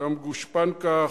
גם גושפנקה חוקית.